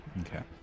Okay